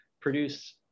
produce